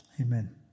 Amen